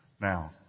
Now